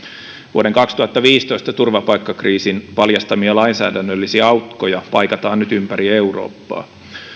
vuoden kaksituhattaviisitoista turvapaikkakriisin paljastamia lainsäädännöllisiä aukkoja paikataan nyt ympäri eurooppaa